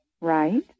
Right